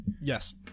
Yes